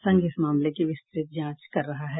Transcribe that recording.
संघ इस मामले की विस्तृत जांच कर रहा है